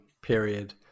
period